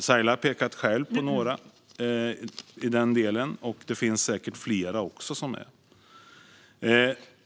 Saila Quicklund pekar själv på några sådana, och det finns säkert flera.